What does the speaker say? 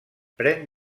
pren